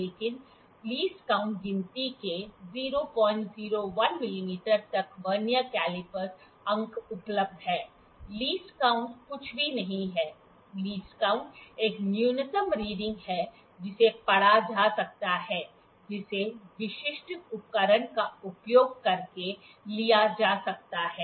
लेकिन कम से कम गिनती के 001 मिमी तक वर्नियर कैलिपर अंक उपलब्ध है कम से कम गिनती कुछ भी नहीं है कम से कम गिनती एक न्यूनतम रीडिंग है जिसे पढ़ा जा सकता है जिसे विशिष्ट उपकरण का उपयोग करके लिया जा सकता है